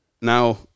now